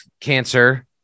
cancer